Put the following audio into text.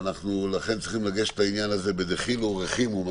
לכן, אנחנו צריכים לגשת לעניין הזה בדחילו ורחימו.